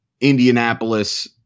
Indianapolis